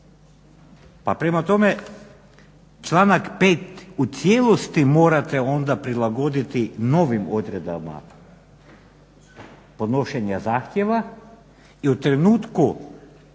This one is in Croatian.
Pa prema tome, članak 5. u cijelosti morate onda prilagoditi novim odredbama podnošenja zakona i u trenutku